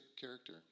character